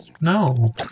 No